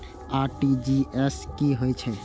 RTGS की होय छै